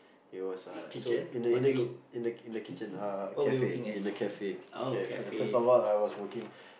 it was a so in the in the kit~ in the kitchen uh in the cafe in the cafe okay so first of all I was working